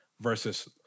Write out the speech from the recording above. versus